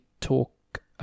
talk